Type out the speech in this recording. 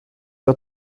der